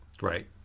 Right